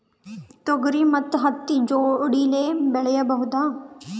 ತೊಗರಿ ಮತ್ತು ಹತ್ತಿ ಜೋಡಿಲೇ ಬೆಳೆಯಬಹುದಾ?